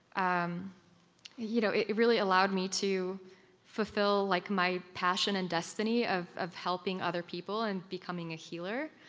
um you know, it really allowed me to fulfill like my passion and destiny of of helping other people and becoming a healer.